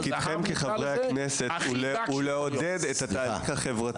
נקרא לזה הכי דק --- תפקידכם כחברי הכנסת הוא לעודד את התהליך החברתי.